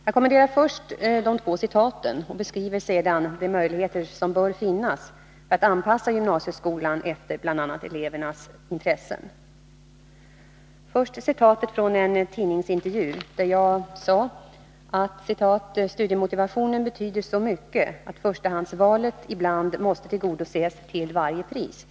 Jag kommenterar först de två citaten och beskriver sedan de möjligheter som bör finnas för att anpassa gymnasieskolan efter bl.a. elevernas intressen. Först citatet från en tidningsintervju, där jag sade att ”studiemotivationen betyder så mycket att förstahandsvalet ibland måste tillgodoses till varje pris”.